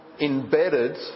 embedded